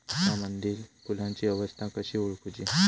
पिकांमदिल फुलांची अवस्था कशी ओळखुची?